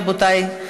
רבותי,